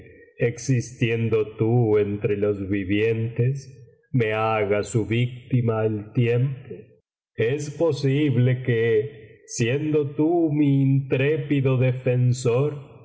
existiendo til entre los vivientes me haga su víctima el tiempo es posible que siendo tú mi intrépido defensor